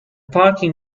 parking